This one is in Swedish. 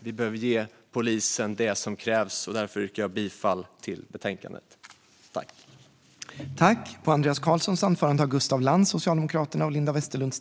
Vi behöver ge polisen det som krävs. Därför yrkar jag bifall till utskottets förslag.